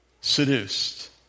Seduced